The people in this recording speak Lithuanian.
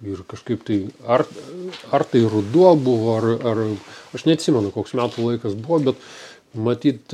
ir kažkaip tai ar ar tai ruduo buvo ar ar aš neatsimenu koks metų laikas buvo bet matyt